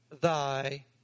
thy